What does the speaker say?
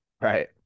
Right